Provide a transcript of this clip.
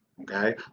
Okay